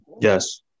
Yes